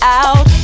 out